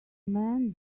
man